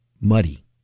muddy